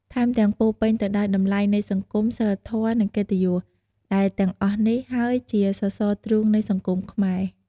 ថែមទាំង ពោរពេញទៅដោយតម្លៃនៃសង្គម សីលធម៌ និងកិត្តិយស ដែលទាំងអស់នេះហើយជាសរសរទ្រូងនៃសង្គមខ្មែរ។